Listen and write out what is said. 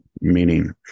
Meaning